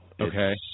okay